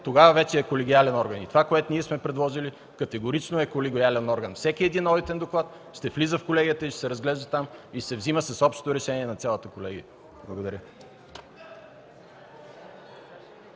тогава вече е колегиален орган. Това, което ние сме предложили, категорично е колегиален орган. Всеки одитен доклад ще влиза в колегията, ще се разглежда там и ще се взема с общото решение на цялата колегия. Благодаря.